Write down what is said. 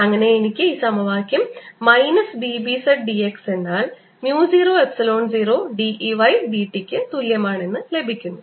അങ്ങനെ എനിക്ക് ഈ സമവാക്യം minus d B z dx എന്നാൽ mu 0 epsilon 0 d E y dt ക്ക് തുല്യമാണ് എന്ന് ലഭിക്കുന്നു